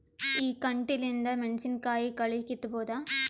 ಈ ಕಂಟಿಲಿಂದ ಮೆಣಸಿನಕಾಯಿ ಕಳಿ ಕಿತ್ತಬೋದ?